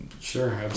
sure